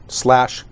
slash